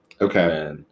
Okay